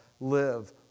live